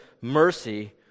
mercy